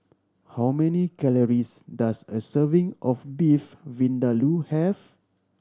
how many calories does a serving of Beef Vindaloo have